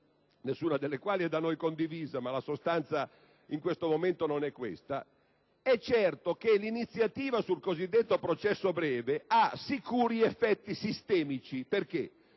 nessuna della quali è da noi condivisa, ma al momento la sostanza non è questa - è certo che l'iniziativa sul cosiddetto processo breve ha sicuri effetti sistemici.